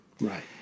Right